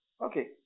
Okay